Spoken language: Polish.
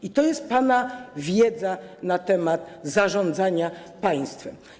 I to jest pana wiedza na temat zarządzania państwem.